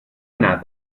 anar